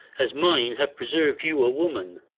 as mine have preserv'd you a woman.